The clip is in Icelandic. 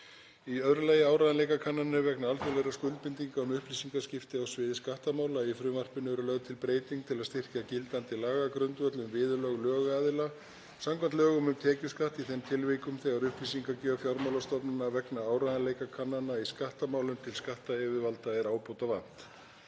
eru það áreiðanleikakannanir vegna alþjóðlegra skuldbindinga um upplýsingaskipti á sviði skattamála. Í frumvarpinu er lögð til breyting til að styrkja gildandi lagagrundvöll um viðurlög lögaðila, samkvæmt lögum um tekjuskatt, í þeim tilvikum þegar upplýsingagjöf fjármálastofnana vegna áreiðanleikakannana í skattamálum til skattyfirvalda er ábótavant.